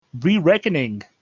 Re-Reckoning